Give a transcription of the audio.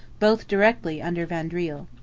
both directly under vaudreuil.